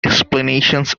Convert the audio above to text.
explanations